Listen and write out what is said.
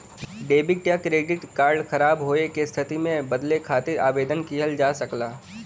debit या credit card ख़राब होये क स्थिति में बदले खातिर आवेदन किहल जा सकला